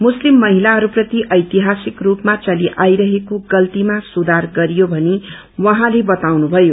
मुस्लिम महिलाहस्प्रति ऐतिहासिक रूपमा चली आइरहेको गल्तीमा सुधार गरियो भनी उहाँले बताउनुभयो